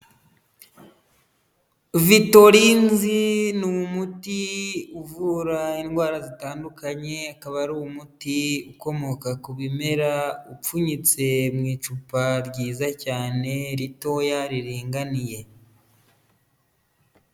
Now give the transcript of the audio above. Vitorinzi ni umuti uvura indwara zitandukanye, akaba ari umuti ukomoka ku bimera upfunyitse mu icupa ryiza cyane ritoya riringaniye.